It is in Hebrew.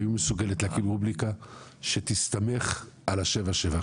האם היא מסוגלת להקים רובריקה שתסתמך על ה-77.